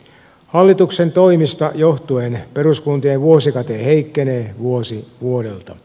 hallituksen toimista johtuen peruskuntien vuosikate heikkenee vuosi vuodelta